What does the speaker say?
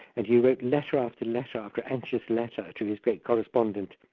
and he wrote letter after letter after anxious letter to his great correspondent,